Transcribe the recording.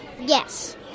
Yes